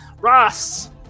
ross